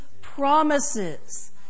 promises